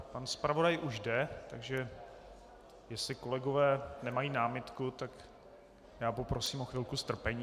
Pan zpravodaj už jde, takže jestli kolegové nemají námitky, tak poprosím o chvilku strpení.